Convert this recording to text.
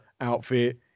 outfit